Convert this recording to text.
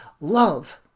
love